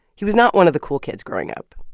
he was not one of the cool kids growing up.